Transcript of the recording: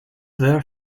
their